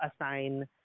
assign